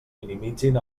minimitzin